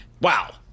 Wow